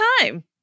time